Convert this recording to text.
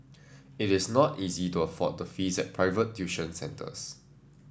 it is not easy to afford the fees at private tuition centres